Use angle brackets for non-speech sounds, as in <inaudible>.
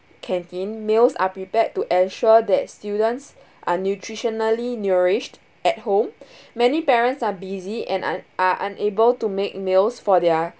canteen meals are prepared to ensure that students are nutritionally nourished at home <breath> many parents are busy and are are unable to make meals for their